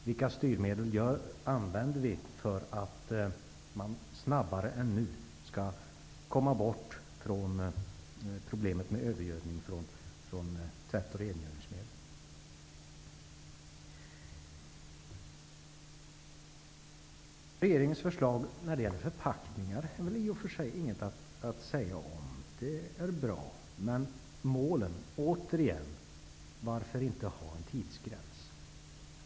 Vilka styrmedel används för att snabbare än nu komma ifrån problemet med övergödning från tvätt och rengöringsmedel? Regeringens förslag när det gäller förpackningar finns det i och för sig inte mycket att säga om. Det är bra. Men målen? Återigen, varför inte ha en tidsgräns?